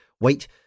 Wait